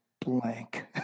blank